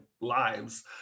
lives